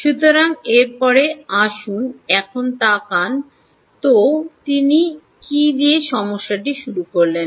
সুতরাং এর পরে আসুন এখন তাকান তো তিনি কী দিয়ে শুরু করলেন